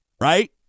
Right